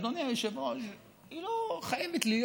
אדוני היושב-ראש לא חייבת להיות